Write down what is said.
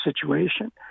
situation